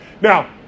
Now